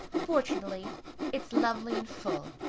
fortunately it's lovely and full.